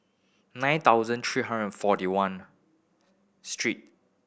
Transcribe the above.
nine thousand three hundred and forty one street